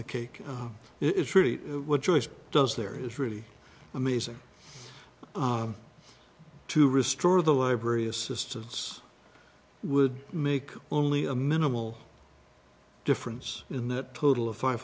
the cake it's really what choice does there is really amazing to restore the library assistance would make only a minimal difference in that total of five